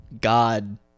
god